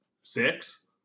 six